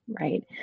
right